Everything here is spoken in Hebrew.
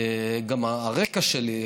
גם הרקע שלי,